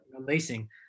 lacing